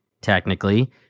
technically